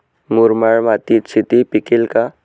मुरमाड मातीत शेती पिकेल का?